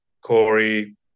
Corey